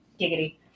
giggity